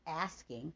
asking